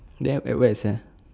then at where sia